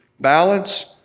balance